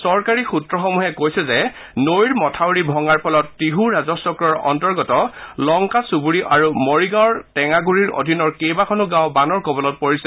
চৰকাৰী সূত্ৰসমূহত কৈছে যে নৈৰ মথাউৰি ভঙাৰ ফলত টিছ ৰাজহ চক্ৰৰ অন্তৰ্গত লংকা চুবুৰী আৰু মৰিগাঁওৰ টেঙাগুৰিৰ অধীনৰ কেইবাখনো গাঁও বানৰ কবলত পৰিছে